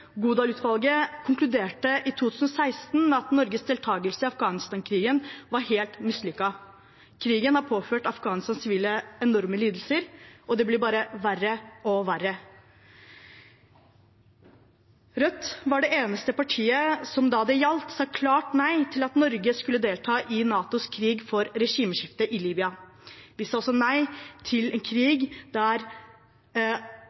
Godal-utvalget konkluderte i 2016 med at Norges deltakelse i Afghanistan-krigen var helt mislykket. Krigen har påført Afghanistans sivile enorme lidelser, og det blir bare verre og verre. Rødt var det eneste partiet som da det gjaldt, sa klart nei til at Norge skulle delta i NATOs krig for regimeskifte i Libya. Vi sa også nei til en